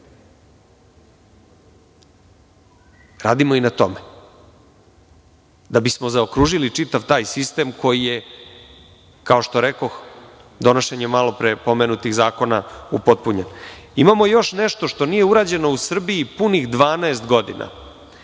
Radimo i na tome, da bi smo zaokružili taj čitav sistem koji je kao što rekoh donošenjem malopre pomenutih zakona upotpunjen. Imamo još nešto što nije urađeno u Srbiji punih 12 godina,